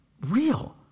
Real